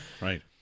Right